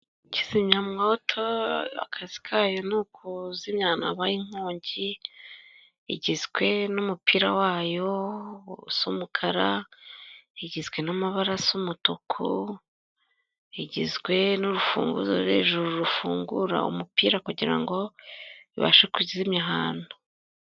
Kizimyamwota akazi kayo ni ukuzimya ahantu habaye inkongi igizwe n'umupira wayo usa umukara, igizwe n'amabara asa umutuku, igizwe n'urufunguzo ruri hejuru rufungura umupira kugira ngo ibashe kuzimya ahantu.